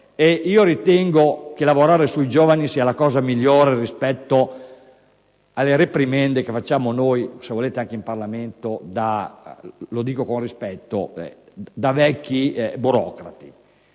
quindi che lavorare sui giovani sia la cosa migliore rispetto alle reprimende che facciamo noi, se volete anche in Parlamento - lo dico